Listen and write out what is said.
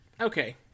Okay